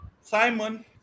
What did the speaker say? Simon